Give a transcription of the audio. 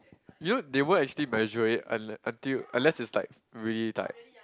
you know they won't actually measure it unle~ until unless it's like really tight